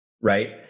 right